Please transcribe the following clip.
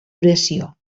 oració